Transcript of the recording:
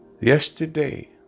Yesterday